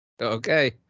okay